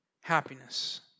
Happiness